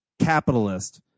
capitalist